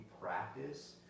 practice